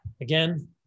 again